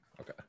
Okay